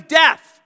death